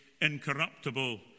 incorruptible